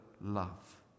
love